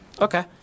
Okay